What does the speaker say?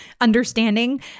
understanding